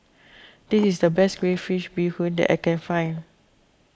this is the best Crayfish BeeHoon that I can find